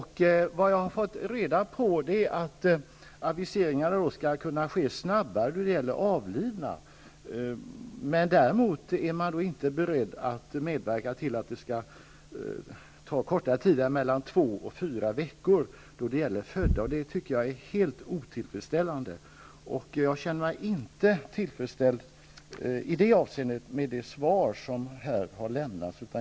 Jag har fått reda på att aviseringar skall kunna ske snabbare när det gäller avlidna. Däremot är man inte beredd att medverka till att det skall ta kortare tid än mellan två och fyra veckor då det gäller födda. Det tycker jag är helt otillfredsställande. I det avseendet känner jag mig inte tillfredsställd med det svar som här lämnats.